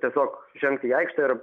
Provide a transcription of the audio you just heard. tiesiog žengt į aikštę ir